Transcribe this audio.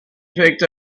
picked